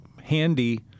handy